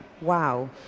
Wow